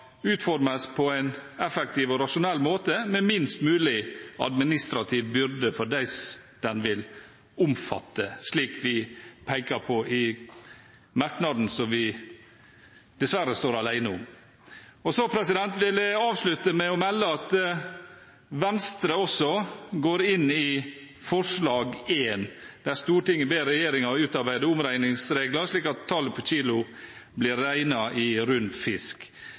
utformes på en effektiv og rasjonell måte med minst mulig administrativ byrde for dem den vil omfatte, slik vi peker på i merknaden som vi dessverre står alene om. Jeg vil avslutte med å melde at Venstre også går inn i forslag nr. 1: «Stortinget ber regjeringa utarbeide omrekningsreglar slik at talet på kilo vert rekna i rund fisk.»